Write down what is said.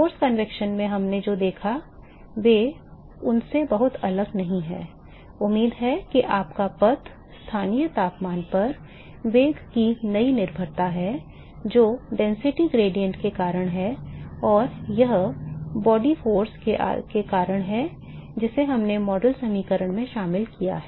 बल संवहन में हमने जो देखा वे उससे बहुत अलग नहीं हैं उम्मीद है कि आपका पथ स्थानीय तापमान पर वेग की नई निर्भरता है जो घनत्व ढाल के कारण है और यह शरीर बल के कारण है जिसे हमने मॉडल समीकरण में शामिल किया है